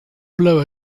blow